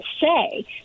say